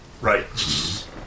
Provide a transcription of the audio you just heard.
Right